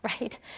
right